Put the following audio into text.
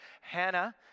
Hannah